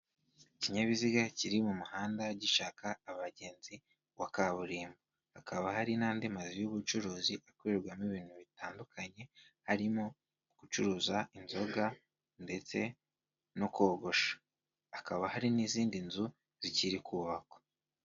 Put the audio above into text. Ikinyabiziga kiri mu muhanda gishaka abagenzi wa kaburimbo, hakaba hari n'andi mazu y'ubucuruzi akorerwamo ibintu bitandukanye, harimo gucuruza inzoga ndetse no kogosha, hakaba hari n'izindi nzu zikiri kubakwa.